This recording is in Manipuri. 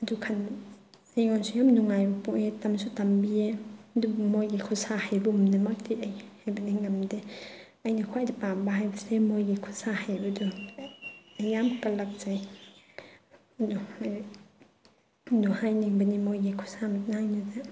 ꯑꯗꯨ ꯀꯥꯟ ꯑꯩꯉꯣꯟꯗꯁꯨ ꯌꯥꯝ ꯅꯨꯡꯉꯥꯏꯕ ꯄꯣꯛꯑꯦ ꯇꯝꯁꯨ ꯇꯝꯕꯤꯌꯦ ꯑꯗꯨꯕꯨ ꯃꯣꯏꯒꯤ ꯈꯨꯠ ꯁꯥ ꯍꯩꯕꯒꯨꯝꯅꯃꯛꯇꯤ ꯑꯩ ꯍꯩꯕꯗꯤ ꯉꯝꯗꯦ ꯑꯩꯅ ꯈ꯭ꯋꯥꯏꯗꯒꯤ ꯄꯥꯝꯕ ꯍꯥꯏꯕꯁꯦ ꯃꯣꯏꯒꯤ ꯈꯨꯠ ꯁꯥ ꯍꯩꯕꯗꯣ ꯑꯩ ꯌꯥꯝ ꯀꯜꯂꯛꯆꯩ ꯑꯗꯣ ꯍꯥꯏꯅꯤꯡꯕꯅꯤ ꯃꯣꯏꯒꯤ ꯈꯨꯠꯁꯥ